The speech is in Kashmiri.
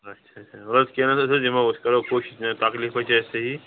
آچھا اَچھا وَل حظ کیٚنہہ نہٕ حظ أسۍ حظ یِمو أسۍ کَرو کوٗشِش تکلیٖف حظ چھِ اَسہِ سہی